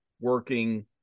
working